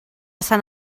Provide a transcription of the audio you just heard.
sant